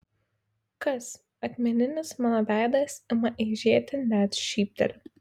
kas akmeninis mano veidas ima eižėti net šypteliu